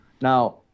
now